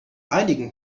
einigen